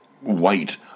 white